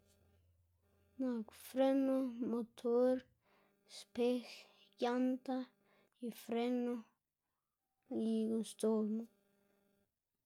nak freno, motor, spej, yanta y freno y guꞌn sdzobma.